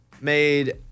made